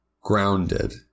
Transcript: grounded